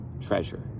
treasure